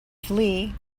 flee